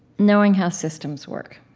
knowing how systems work.